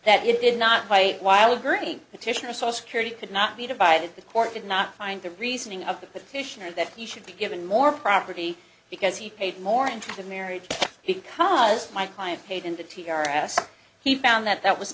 that you did not fight while agreeing petitioner so security could not be divided the court did not find the reasoning of the petitioner that he should be given more property because he paid more into the marriage because my client paid in the t r s he found that that was